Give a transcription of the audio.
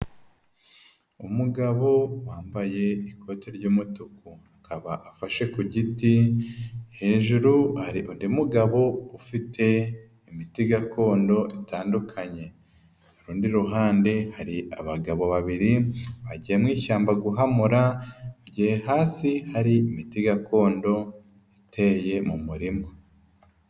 Umugabo wambaye ikoti ry'umutuku akaba afashe ku giti hejuru hari undi mugabo ufite imiti gakondo itandukanye, ku rundi ruhande hari abagabo babiri bagiye mu ishyamba guhamura mu gihe hasi hari imiti gakondo iteye mu murima.